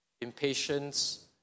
impatience